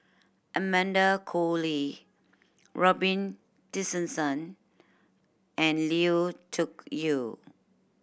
Amanda Koe Lee Robin Tessensohn and Lui Tuck Yew